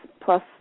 plus